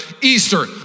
Easter